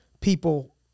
people